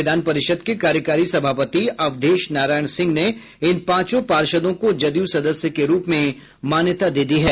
विधान परिषद् के कार्यकारी सभापति अवधेश नारायण सिंह ने इन पांचों पार्षदों को जदयू सदस्य के रूप में मान्यता दे दी है